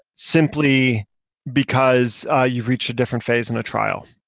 simply because ah you've reached a different phase in a trial.